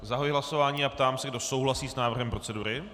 Zahajuji hlasování a ptám se, kdo souhlasí s návrhem procedury?